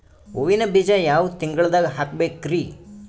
ಹೂವಿನ ಬೀಜ ಯಾವ ತಿಂಗಳ್ದಾಗ್ ಹಾಕ್ಬೇಕರಿ?